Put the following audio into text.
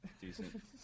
decent